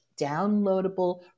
downloadable